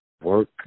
work